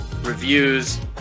reviews